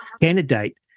candidate